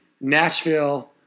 Nashville